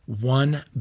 one